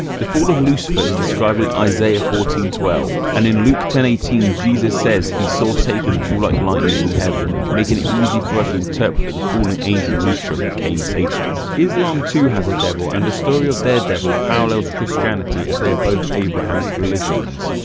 the fall of lucifer is described in isaiah fourteen twelve and in luke ten eighteen jesus says he saw satan fall like lighting from heaven making it easy for us to interpret that the fallen angle lucifer became satan. islam too has a devil and the story of their devil parallels christianity as they are both abrahamic religions.